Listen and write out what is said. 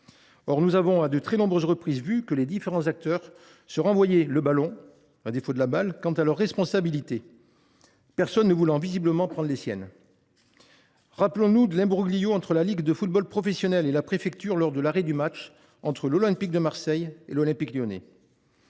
Or nous avons vu, à de très nombreuses reprises, que les différents acteurs se renvoyaient le ballon, à défaut de la balle, quant à leurs responsabilités, personne ne voulant visiblement prendre les siennes. Souvenons nous de l’imbroglio entre la Ligue de football professionnel (LFP) et la préfecture lors de l’arrêt du match entre l’Olympique de Marseille et l’Olympique lyonnais.